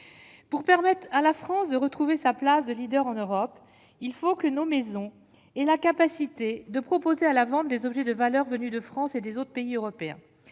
pour permettre à la France de retrouver sa place de leader en Europe, il faut que nos maisons et la capacité de proposer à la vente des objets de valeur, venus de France et des autres pays européens,